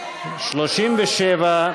סעיף תקציבי 37,